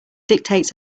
dictates